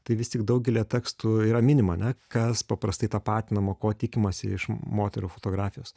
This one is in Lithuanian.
tai vis tik daugelyje tekstų yra minima ar ne kas paprastai tapatinama ko tikimasi iš moterų fotografijos